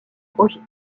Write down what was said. roger